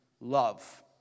love